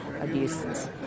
abuses